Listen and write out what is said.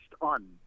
on